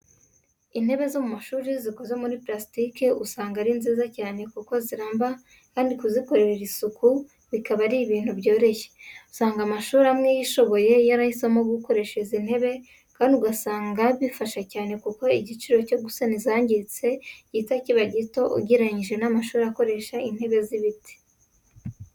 Intebe zo mu mashuri zikoze muri purasitike usanga ari nziza cyane kuko ziramba kandi kuzikorera amasuku bikaba ari ibintu byoroshye. Usanga amashuri amwe yishoboye yarahisemo gukoresha izi ntebe kandi ugasanga bibafasha cyane kuko igiciro cyo gusana izangiritse gihita kiba gito ugereranije n'amashuri akoresha intebe z'ibiti.